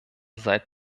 seit